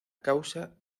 causa